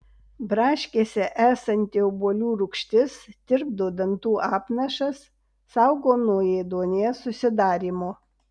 braškėse esanti obuolių rūgštis tirpdo dantų apnašas saugo nuo ėduonies susidarymo